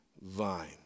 vine